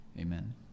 Amen